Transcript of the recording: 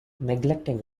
neglecting